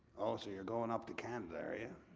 oh, so you're going up to canada, are you?